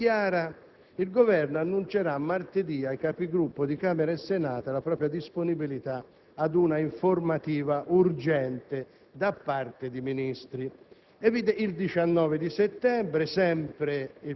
Domenica 17, Prodi è a Pechino dove dichiara che il Governo annuncerà martedì ai Capigruppo di Camera e Senato la propria disponibilità ad un'informativa urgente da parte di Ministri.